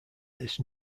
this